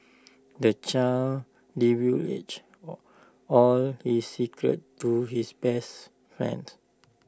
the child divulged all his secrets to his best friend